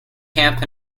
camp